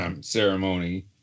Ceremony